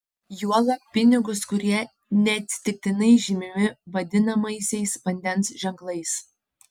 juolab pinigus kurie neatsitiktinai žymimi vadinamaisiais vandens ženklais